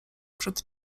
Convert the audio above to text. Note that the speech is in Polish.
przed